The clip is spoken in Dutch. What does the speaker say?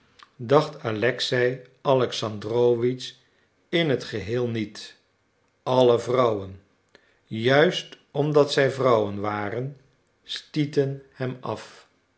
dacht alexei alexandrowitsch in het geheel niet alle vrouwen juist omdat zij vrouwen waren stieten hem af